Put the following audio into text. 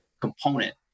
component